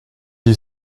est